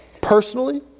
personally